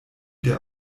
der